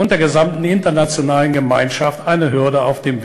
כמו האומות המאוחדות, העביר החלטות אשר קובעות